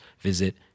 visit